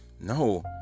No